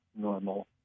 normal